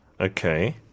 Okay